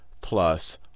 plus